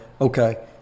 okay